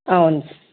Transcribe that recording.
అవును